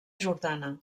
jordana